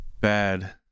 bad